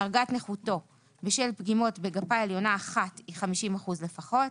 דרגת נכותו בשל פגימות בגפה עליונה אחת היא 50 אחוזים לפחות.